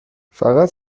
فقط